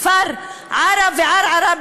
כפר עארה וערערה,